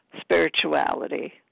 spirituality